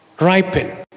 ripen